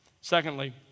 Secondly